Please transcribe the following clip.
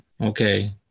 Okay